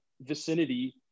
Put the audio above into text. vicinity